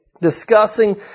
discussing